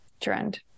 trend